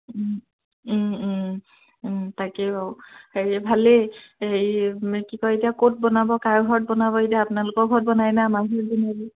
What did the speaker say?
তাকে বাৰু হেৰি ভালেই হেৰি কি কয় এতিয়া ক'ত বনাব কাৰ ঘৰত বনাব এতিয়া আপোনালোকৰ ঘৰত বনাই নে আমাৰ ঘৰত বনাব